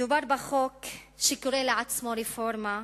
מדובר בחוק שקורא לעצמו רפורמה,